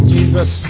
Jesus